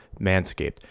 Manscaped